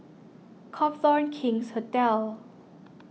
Copthorne King's Hotel